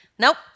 Nope